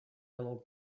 low